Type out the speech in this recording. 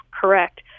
correct